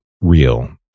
real